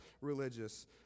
religious